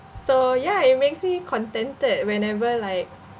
so ya it makes me contented whenever like